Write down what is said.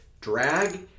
drag